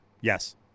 Yes